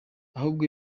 ahubwo